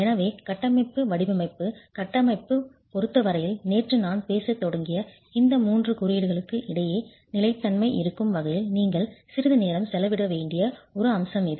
எனவே கட்டமைப்பு வடிவமைப்பு கட்டமைப்பைப் பொறுத்த வரையில் நேற்று நான் பேசத் தொடங்கிய இந்த மூன்று குறியீடுகளுக்கு இடையே நிலைத்தன்மை இருக்கும் வகையில் நீங்கள் சிறிது நேரம் செலவிட வேண்டிய ஒரு அம்சம் இது